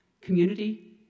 community